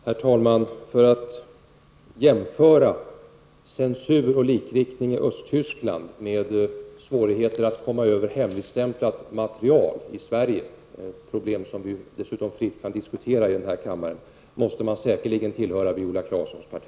Herr talman! För att jämföra censur och likriktning i Östtyskland med svårigheten att komma över hemligstämplat material i Sverige -- ett problem som fritt kan diskuteras här i kammaren -- måste man säkerligen tillhöra Viola Claessons parti.